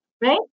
right